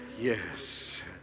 Yes